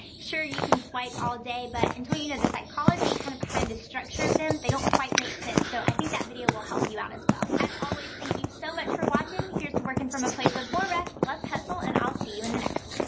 sure, you can swipe all day but until you know the psychology kind of behind the structure of them, they don't quite make sense. so i think that video will help you out as well. as always, thank you so much for watching. here's to working from a place of more risk less hustle and i'll see you in the next one.